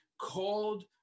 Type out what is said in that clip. called